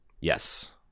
Yes